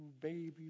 baby